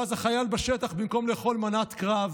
ואז החייל בשטח, במקום לאכול מנת קרב,